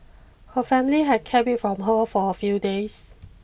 her family had kept it from her for a few days